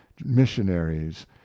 missionaries